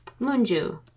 Moonju